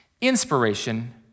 inspiration